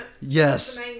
yes